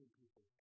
people